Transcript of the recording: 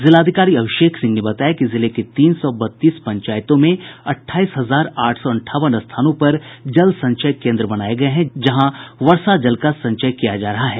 जिलाधिकारी अभिषेक सिंह ने बताया कि जिले के तीन सौ बत्तीस पंचायतों में अट्ठाईस हजार आठ सौ अंठावन स्थानों पर जल संचय केन्द्र बनाये गये हैं जहां वर्षा जल का संचय किया जा रहा है